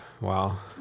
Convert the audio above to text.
wow